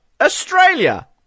Australia